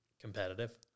Competitive